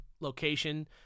Location